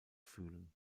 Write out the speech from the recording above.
fühlen